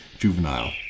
juvenile